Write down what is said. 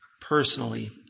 personally